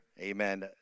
amen